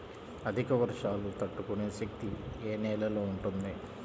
అధిక వర్షాలు తట్టుకునే శక్తి ఏ నేలలో ఉంటుంది?